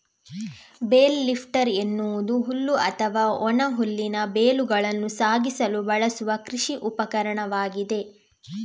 bale lifter ಎನ್ನುವುದು ಹುಲ್ಲು ಅಥವಾ ಒಣ ಹುಲ್ಲಿನ ಬೇಲುಗಳನ್ನು ಸಾಗಿಸಲು ಬಳಸುವ ಕೃಷಿ ಉಪಕರಣವಾಗಿದೆ